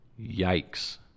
Yikes